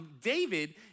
David